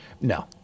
No